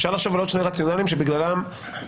אפשר לחשוב על עוד שני רציונלים בגללם אנחנו